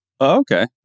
Okay